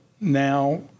Now